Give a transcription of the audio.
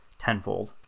tenfold